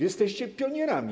Jesteście pionierami.